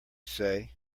say